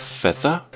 feather